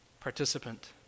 participant